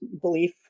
belief